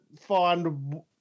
find